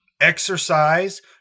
exercise